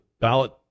ballot